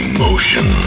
Emotion